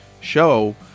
show